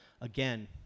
Again